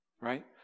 right